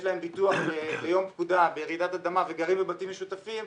להם ביטוח ליום פקודה ברעידת אדמה וגרים בבתים משותפים,